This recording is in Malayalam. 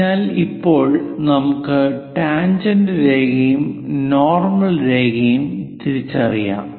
അതിനാൽ ഇപ്പോൾ നമുക്ക് ടാൻജെന്റ് രേഖയും നോർമൽ രേഖയും തിരിച്ചറിയാം